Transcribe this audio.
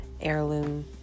heirloom